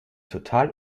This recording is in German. total